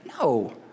no